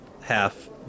half